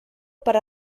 per